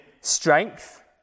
strength